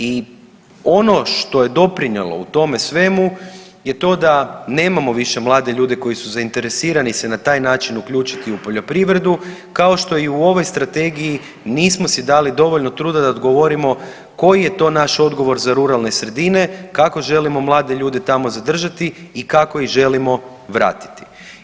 I ono što je doprinijelo u tome svemu, je to da nemamo više mlade ljude koji su zainteresirani se na taj način uključiti u poljoprivredu kao što i u ovoj strategiji nismo si dali dovoljno truda da odgovorimo koji je to naš odgovor za ruralne sredine, kako želimo mlade ljude tamo zadržati i kako ih želimo vratiti.